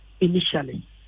initially